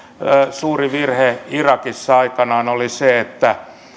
suuri virhe irakissa aikanaan oli se että